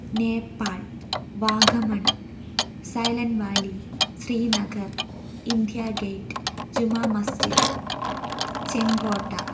Nepal Vagamon Silent Valley Srinagar India Gate Juma Masjid Chenkotta